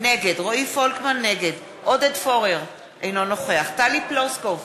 נגד עודד פורר, אינו נוכח טלי פלוסקוב,